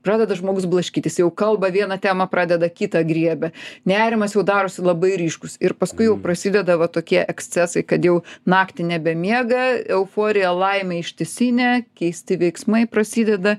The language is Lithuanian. pradeda žmogus blaškytis jau kalba vieną temą pradeda kitą griebia nerimas jau darosi labai ryškus ir paskui jau prasideda va tokie ekscesai kad jau naktį nebemiega euforija laimė ištisinė keisti veiksmai prasideda